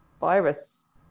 virus